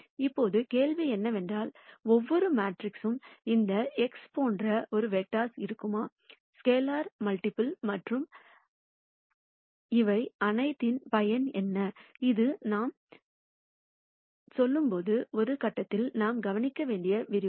இப்போது கேள்வி என்னவென்றால் ஒவ்வொரு மேட்ரிக்ஸிற்கும் இந்த x போன்ற ஒரு வெக்டர்ஸ் இருக்குமா ஸ்கேலார் மல்டிபிள்ஸ் மற்றும் இவை அனைத்தின் பயன் என்ன இது நாம் செல்லும்போது ஒரு கட்டத்தில் நாம் கவனிக்க வேண்டிய விரிவுரை